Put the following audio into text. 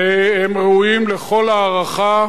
והם ראויים לכל ההערכה,